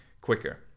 quicker